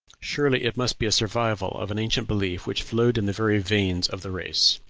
surely it must be a survival of an ancient belief which flowed in the very veins of the race.